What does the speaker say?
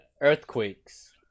earthquakes